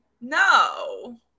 no